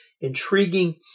intriguing